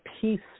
peace